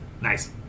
Nice